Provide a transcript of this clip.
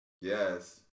yes